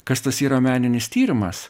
kas tas yra meninis tyrimas